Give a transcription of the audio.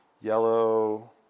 yellow